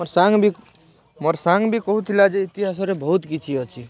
ମୋର୍ ସାଙ୍ଗ୍ ବି ମୋର୍ ସାଙ୍ଗ୍ ବି କହୁଥିଲା ଯେ ଇତିହାସରେ ବହୁତ କିଛି ଅଛି